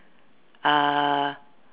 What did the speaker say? uh